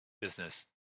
business